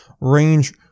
range